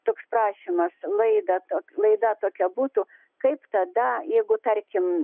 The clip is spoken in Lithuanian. toks prašymas laidą tokia laida tokia būtų kaip tada jeigu tarkim